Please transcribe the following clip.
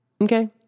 Okay